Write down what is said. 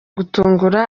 gutungura